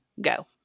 go